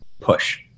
push